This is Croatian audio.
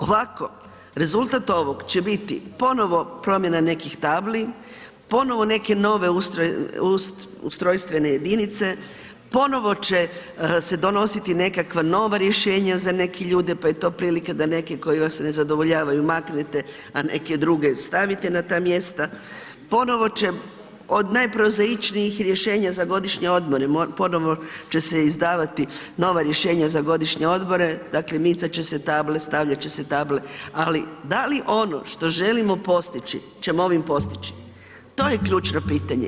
Ovako, rezultat ovog će biti ponovno promjena nekih tabli, ponovno neke ustrojstvene jedinice, ponovno će se donositi nekakva nova rješenja za neke ljude pa je to prilika da neki koji vas ne zadovoljavaju maknete a neke druge stavite na ta mjesta, ponovno će od najprozaičnijih rješenja za godišnje odmore, ponovno će se izdavati nova rješenja za godišnje odmore, dakle micat će se table, stavljat će se table ali da li ono što želimo postići ćemo ovim postići, to je ključno pitanje.